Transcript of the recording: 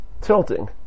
tilting